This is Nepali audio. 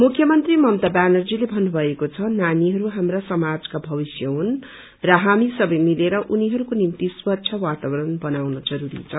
मुख्यमन्त्री ममता ब्यानर्जीले भन्नुभएको छ नानीहरू हाम्रा समाजका भविष्यहुन् र हामी सबै मिलेर उनिहरूको निम्ति रं स्वच्छ वातावरण बनाउन जरूरी छ